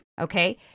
Okay